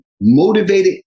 motivated